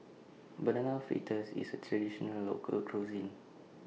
Banana Fritters IS A Traditional Local Cuisine